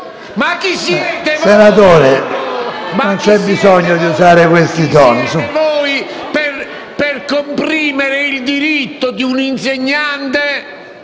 Senatore, non c'è bisogno di usare questi toni.